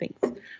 Thanks